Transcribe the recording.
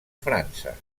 frança